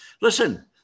listen